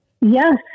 Yes